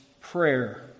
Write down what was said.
prayer